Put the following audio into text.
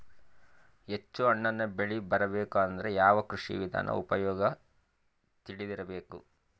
ಹೆಚ್ಚು ಹಣ್ಣನ್ನ ಬೆಳಿ ಬರಬೇಕು ಅಂದ್ರ ಯಾವ ಕೃಷಿ ವಿಧಾನ ಉಪಯೋಗ ತಿಳಿದಿರಬೇಕು?